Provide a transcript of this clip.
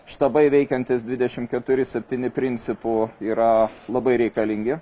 štabai veikiantys dvidešimt keturi septyni principu yra labai reikalingi